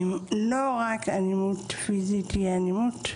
לא רק אלימות פיזית היא אלימות,